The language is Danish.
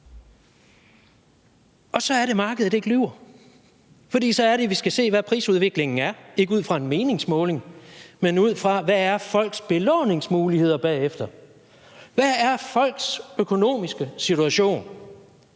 Og så er det, markedet ikke lyver, for så er det, vi skal se, hvad prisudviklingen er – ikke ud fra en meningsmåling, men ud fra, hvad folks belåningsmuligheder er bagefter, hvad folks økonomiske situation